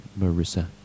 Marissa